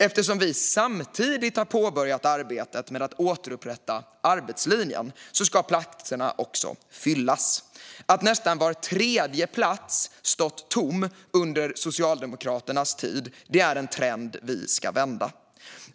Eftersom vi samtidigt har påbörjat arbetet med att återupprätta arbetslinjen ska platserna också fyllas. Att nästan var tredje plats stått tom under Socialdemokraternas tid är en trend vi ska vända.